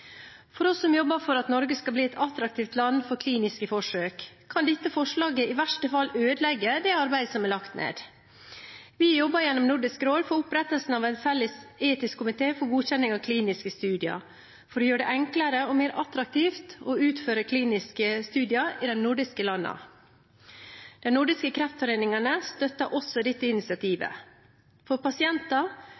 For oss som jobber for at Norge skal bli et attraktivt land for kliniske forsøk, kan dette forslaget i verste fall ødelegge det arbeidet som er lagt ned. Vi jobber gjennom Nordisk råd for opprettelse av en felles etisk komité for godkjenning av kliniske studier for å gjøre det enklere og mer attraktivt å utføre kliniske studier i de nordiske landene. De nordiske kreftforeningene støtter også dette